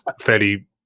fairly